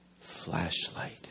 flashlight